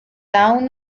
town